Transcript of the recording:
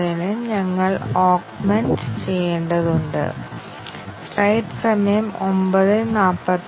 അതിനാൽ ഇവിടെ പ്രധാന ഉദ്ദേശ്യം പ്രധാന ലക്ഷ്യം ടെസ്റ്റ് കേസുകൾ എഴുതുക എന്നതാണ്